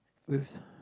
with